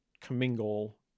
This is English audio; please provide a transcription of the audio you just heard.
commingle